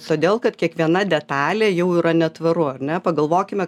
todėl kad kiekviena detalė jau yra netvaru ar ne pagalvokime